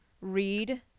read